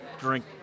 drink